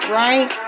right